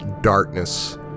darkness